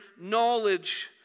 knowledge